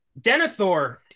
Denethor